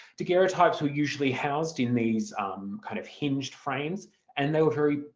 daguerreotypes were usually housed in these um kind of hinged frames and they were very